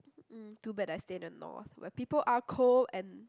mm too bad I stay in the north where people are cold and